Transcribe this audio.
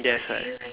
that's right